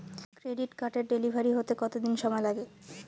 Credit কার্ডের delivery হতে কতদিন সময় লাগে?